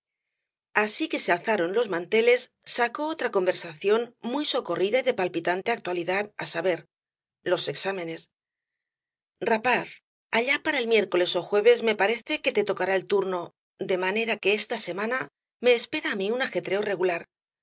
así que se alzaron los manteles sacó otra conversación muy socorrida y de palpitante actualidad á saber los exámenes rapaz allá para el miércoles ó jueves me parece que te tocará el turno de manera que esta semana me espera á mí un ajetreo regular